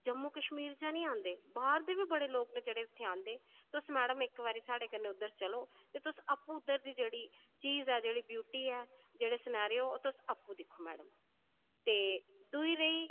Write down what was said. जम्मू कशमीर दा निं आंदे बाहर दा बी बड़े आंदे तुस मैडम इक्क बारी साढ़े कन्नै उद्धर चलो ते तुस आपूं उद्धर दी चीज़ ऐ ब्यूटी ऐ जेह्ड़े नज़ारे ओह् तुस आपूं दिक्खो मैम ते दूई रेही